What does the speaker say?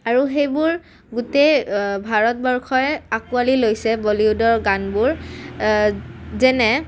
আৰু সেইবোৰ গোটেই ভাৰতবৰ্ষই আকোৱালি লৈছে বলিউডৰ গানবোৰ যেনে